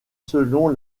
selon